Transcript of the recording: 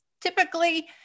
typically